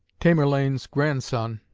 tamerlane's grandson,